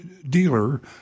dealer